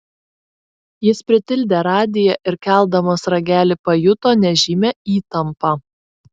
jis pritildė radiją ir keldamas ragelį pajuto nežymią įtampą